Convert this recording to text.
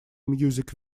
music